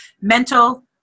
mental